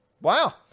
Wow